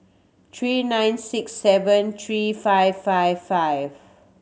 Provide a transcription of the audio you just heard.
three nine six seven three five five five